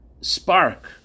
spark